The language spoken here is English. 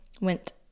went